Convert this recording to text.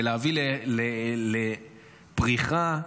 ולהביא לפריחה,